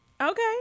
Okay